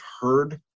heard